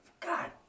God